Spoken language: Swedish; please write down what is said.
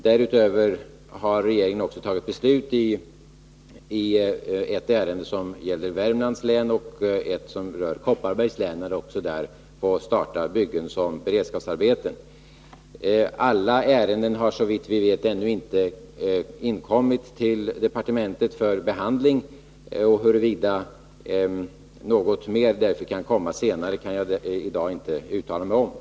Därutöver har regeringen också fattat beslut i ett ärende som gäller Värmlands län och ett som rör Kopparbergs län, där man också får starta byggen som beredskapsarbeten. Alla ärenden har såvitt vi vet ännu inte inkommit till departementet för behandling. Huruvida något mer kommer senare kan jag inte uttala mig om i dag.